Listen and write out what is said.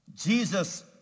Jesus